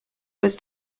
was